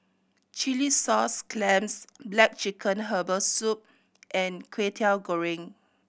chilli sauce clams black chicken herbal soup and Kway Teow Goreng